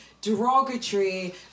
Derogatory